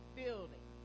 building